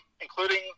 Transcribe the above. including